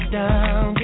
down